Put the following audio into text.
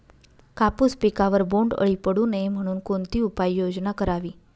कापूस पिकावर बोंडअळी पडू नये म्हणून कोणती उपाययोजना करावी?